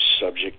subject